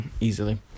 Easily